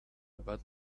about